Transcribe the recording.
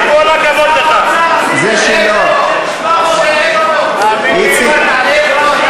איציק כהן בא היום,